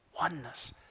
oneness